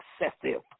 Excessive